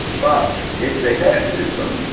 but if they don't do them,